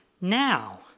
now